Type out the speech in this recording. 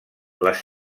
les